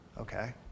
Okay